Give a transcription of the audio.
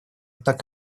так